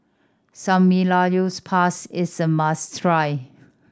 samgeyopsal is a must try